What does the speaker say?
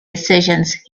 decisions